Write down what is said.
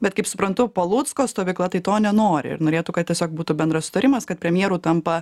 bet kaip suprantu palucko stovykla tai to nenori ir norėtų kad tiesiog būtų bendras sutarimas kad premjeru tampa